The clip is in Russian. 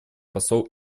посол